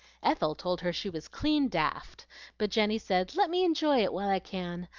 ethel told her she was clean daft but jenny said, let me enjoy it while i can.